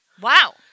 Wow